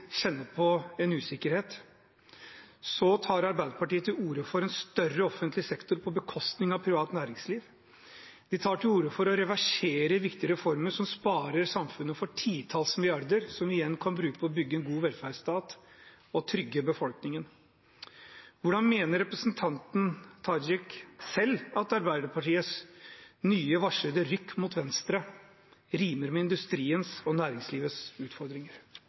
kjenner på en usikkerhet, tar Arbeiderpartiet til orde for en større offentlig sektor på bekostning av privat næringsliv. De tar til orde for å reversere viktige reformer som sparer samfunnet for titalls milliarder, som vi igjen kan bruke på å bygge en god velferdsstat og trygge befolkningen. Hvordan mener representanten Tajik selv at Arbeiderpartiets nye, varslede rykk mot venstre rimer med industriens og næringslivets utfordringer?